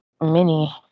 mini